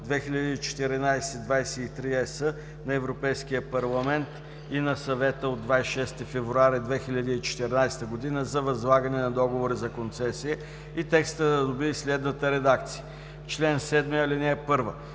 2014/23/ЕС на Европейския парламент и на Съвета от 26 февруари 2014 г. за възлагане на договори за концесия. Текстът да добие следната редакция: „Чл. 7. (1)